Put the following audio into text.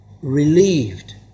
relieved